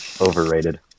Overrated